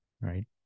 right